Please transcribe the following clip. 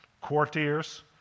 courtiers